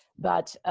but